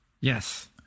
Yes